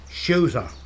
Shooter